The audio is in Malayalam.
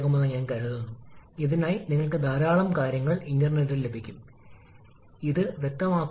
അതിനാൽ മാറ്റാൻ കഴിയാത്തതിനാൽ ടി 3 മുതൽ ടി 4 വരെ പോകുന്ന കംപ്രഷന്റെ രണ്ടാം ഘട്ടം അവിടെ നിന്ന് നമുക്ക് ഉണ്ട്